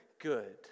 good